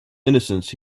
innocence